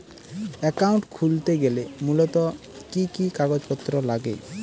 Account খুলতে গেলে মূলত কি কি কাগজপত্র লাগে?